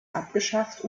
abgeschafft